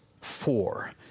four